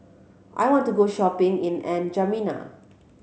I want to go shopping in N'Djamena